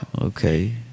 Okay